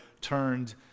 turned